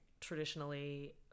traditionally